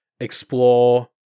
explore